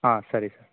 ಹಾಂ ಸರಿ ಸರ್